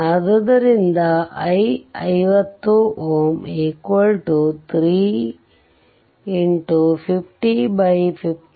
ಆದ್ದರಿಂದ i 50 Ω 3x505050 1